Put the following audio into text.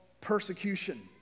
persecution